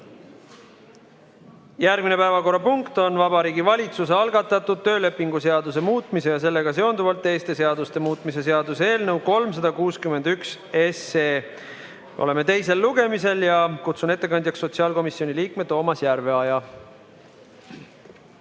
Järgmine päevakorrapunkt on Vabariigi Valitsuse algatatud töölepingu seaduse muutmise ja sellega seonduvalt teiste seaduste muutmise seaduse eelnõu 361. Oleme teisel lugemisel ja kutsun ettekandjaks sotsiaalkomisjoni liikme Toomas Järveoja.